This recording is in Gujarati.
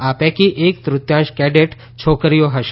આ પૈકી એક તૃતિયાંશ કેડેટ છોકરીઓ હશે